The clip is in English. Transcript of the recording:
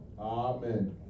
Amen